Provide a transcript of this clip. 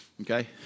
okay